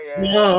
no